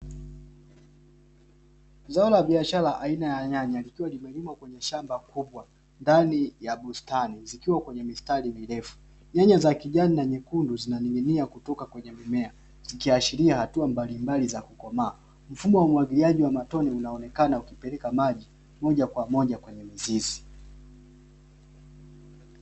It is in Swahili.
Zao la biashara aina ya nyanya, likiwa limelimwa kwenye shamba kubwa ndani ya bustani, zikiwa kwenye mistari mirefu, nyanya za kijani na nyekundu zinanin’ginia kutoka kwenye mimea, zikiashiria hatua mbalimbali za kukomaa, mfumo wa umwagiliaji wa matone unaonekana ukipeleka maji moja kwa moja kwenye mizizi.